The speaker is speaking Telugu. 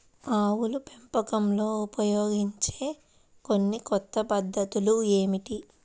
ఆవుల పెంపకంలో ఉపయోగించే కొన్ని కొత్త పద్ధతులు ఏమిటీ?